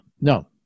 no